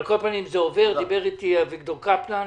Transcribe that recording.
על כל פנים זה עובר, דיבר איתי אביגדור קפלן